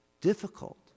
difficult